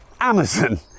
Amazon